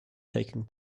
taking